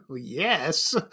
yes